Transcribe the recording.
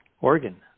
organ